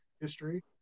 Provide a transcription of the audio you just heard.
history